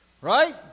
Right